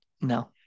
No